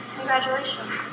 Congratulations